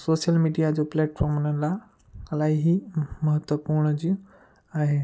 त social media जो platform हुन लाइ इलाही ही महत्वपूर्ण जी आहे